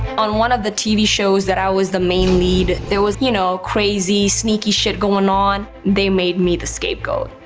on one of the tv shows that i was the main lead, there was, you know, crazy, sneaky shit going on. they made me the scapegoat.